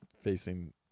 Facing